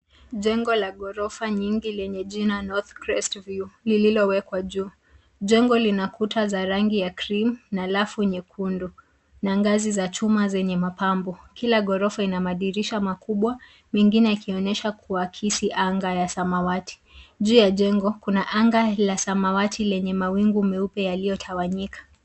Jengo la ghorofa nyingi lenye jina North Crest View lililowekwa juu. Jengo lina kuta za rangi ya cream na rafu nyekundu na ngazi za chuma zenye mapambo. Kila ghorofa ina madirisha makubwa mengine yakionyesha kuakisi anga ya samawati. Juu ya jengo kuna anga la samawati lenye mawingu meupe yaliyotawanyika.